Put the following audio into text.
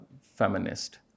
feminist